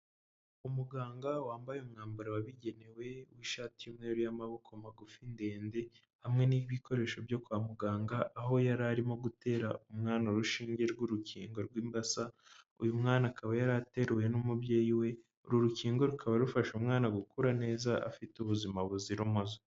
Umuganga wambaye umwambaro wabugenewe w'ishati y'umweru y'amaboko magufi ndende hamwe n'ibikoresho byo kwa muganga, aho yari arimo gutera umwana urushinge rw'urukingo rw'imbasa, uyu mwana akaba yari ateruwe n'umubyeyi we, uru rukingo rukaba rufasha umwana gukura neza afite ubuzima buzira umuze.